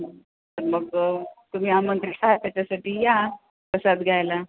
तर मग तुम्ही आमंत्रित आहात त्याच्यासाठी या प्रसाद घ्यायला